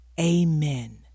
amen